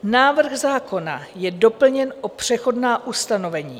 Návrh zákona je doplněn o přechodná ustanovení.